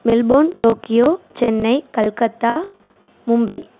Melbourne Tokyo Chennai Calcutta Mumbai